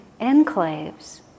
enclaves